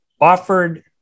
offered